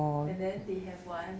and then they have one